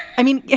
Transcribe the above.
i mean, yeah